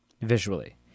Visually